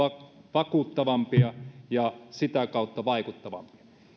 vakuuttavampia ja sitä kautta vaikuttavampia